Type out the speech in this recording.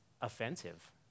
offensive